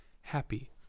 Happy